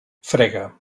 frega